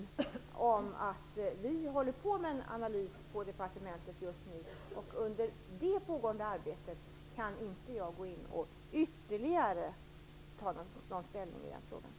Jag sade att vi på departementet just nu håller på med en analys, och under det pågående arbetet kan jag inte gå in och ytterligare ta ställning i den frågan.